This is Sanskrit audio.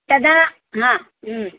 तदा हा